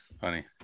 Funny